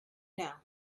now